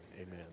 Amen